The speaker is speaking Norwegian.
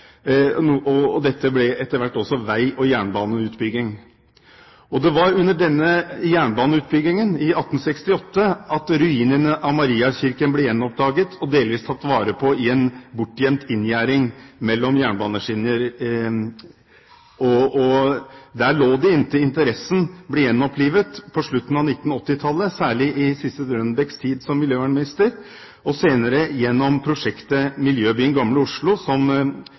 og det ble også etter hvert vei- og jernbaneutbygging. Det var under denne jernbaneutbyggingen i 1868 at ruinene av Mariakirken ble gjenoppdaget og delvis tatt vare på i en bortgjemt inngjerding mellom jernbaneskinner. Der lå de inntil interessen ble gjenopplivet på slutten av 1980-tallet, særlig i Sissel Rønbecks tid som miljøvernminister, og senere gjennom prosjektet Miljøbyen Gamle Oslo, som